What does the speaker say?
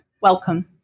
Welcome